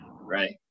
Right